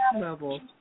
level